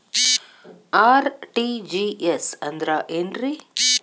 RTGS ಅಂದ್ರ ಏನ್ರಿ?